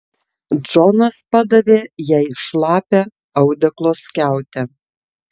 džonas padavė jai šlapią audeklo skiautę